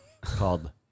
called